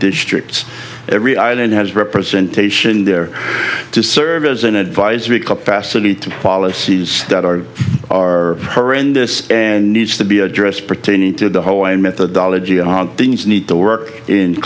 districts every ident has representation there to serve as an advisory capacity to policies that are are horrendous and needs to be addressed pertaining to the whole in methodology on things need to work in